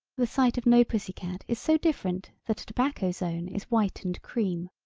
the sight of no pussy cat is so different that a tobacco zone is white and cream.